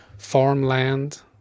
farmland